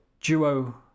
duo